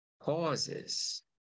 pauses